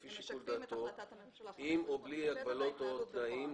לפי שיקול דעתו עם או בלי הגבלות או תנאים,